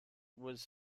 was